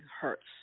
hurts